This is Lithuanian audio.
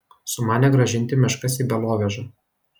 sumanė grąžinti meškas į belovežą